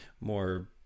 more